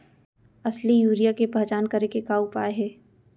असली यूरिया के पहचान करे के का उपाय हे?